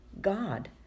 God